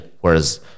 whereas